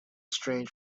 strange